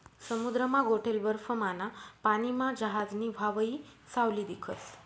समुद्रमा गोठेल बर्फमाना पानीमा जहाजनी व्हावयी सावली दिखस